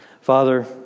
Father